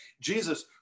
Jesus